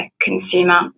consumer